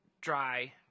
dry